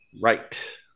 Right